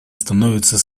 становятся